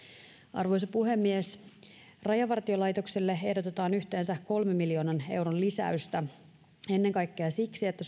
arvoisa puhemies rajavartiolaitokselle ehdotetaan yhteensä kolmen miljoonan euron lisäystä ennen kaikkea siksi että